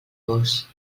vós